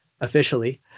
officially